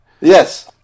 Yes